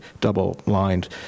double-lined